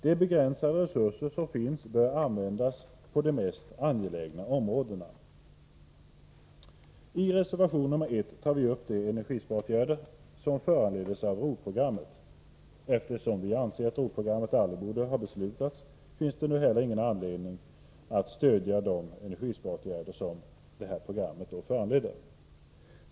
De begränsade resurser som finns bör användas på de mest angelägna områdena. I reservation 1 tar vi upp de energisparåtgärder som föranleds av ROT programmet. Eftersom vi anser att ROT-programmet aldrig borde ha beslutats, finns det heller ingen anledning att stödja de energisparåtgärder som programmet föranleder.